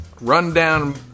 rundown